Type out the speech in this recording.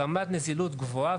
ברמת נזילות גבוהה,